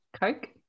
Coke